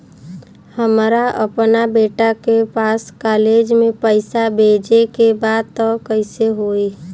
हमरा अपना बेटा के पास कॉलेज में पइसा बेजे के बा त कइसे होई?